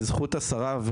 בזכות השרה,